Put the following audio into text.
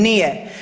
Nije.